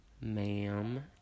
Ma'am